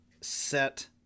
set